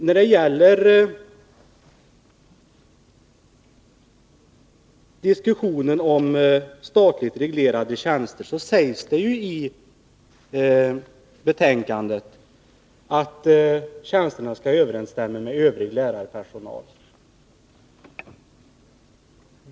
När det gäller statligt reglerade tjänster sägs det ju i betänkandet att tjänsterna skall överensstämma med övrig lärarpersonals.